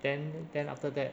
then then after that